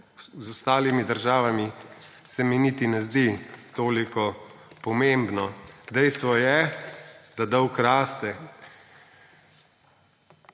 z ostalimi državami, se mi niti ne zdi toliko pomembno. Dejstvo je, da dolg raste.